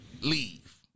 leave